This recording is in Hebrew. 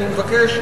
אני מבקש,